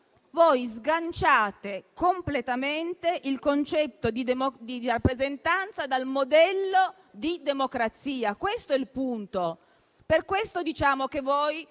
sganciate completamente il concetto di rappresentanza dal modello di democrazia: questo è il punto. Per questo diciamo che voi